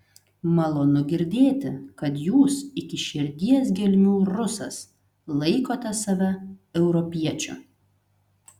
malonu girdėti kad jūs iki širdies gelmių rusas laikote save europiečiu